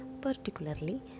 particularly